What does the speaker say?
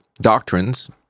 doctrines